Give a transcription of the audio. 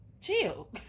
chill